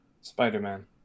Spider-Man